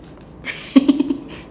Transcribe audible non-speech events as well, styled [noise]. [laughs]